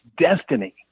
destiny